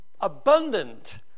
abundant